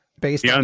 based